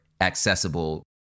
accessible